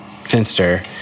Finster